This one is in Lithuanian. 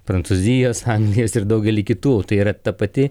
prancūzijos anglijos ir daugelį kitų tai yra ta pati